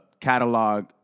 catalog